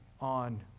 on